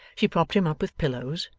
she propped him up with pillows,